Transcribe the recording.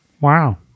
Wow